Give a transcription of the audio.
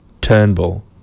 Turnbull